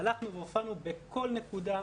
הלכנו והופענו בכל נקודה,